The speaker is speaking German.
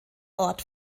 ort